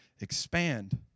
expand